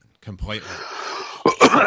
completely